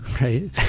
right